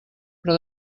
però